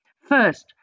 First